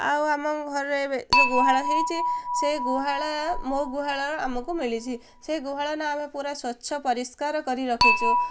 ଆଉ ଆମ ଘରେ ଏବେ ଯେଉଁ ଗୁହାଳ ହେଉଛି ସେ ଗୁହାଳ ମୋ ଗୁହାଳ ଆମକୁ ମିଳିଛି ସେ ଗୁହାଳ ନା ଆମେ ପୁରା ସ୍ୱଚ୍ଛ ପରିଷ୍କାର କରି ରଖିଛୁ